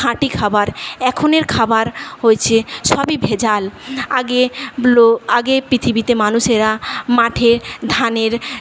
খাঁটি খাবার এখনের খাবার হয়েছে সবই ভেজাল আগে আগে পৃথিবীতে মানুষেরা মাঠে ধানের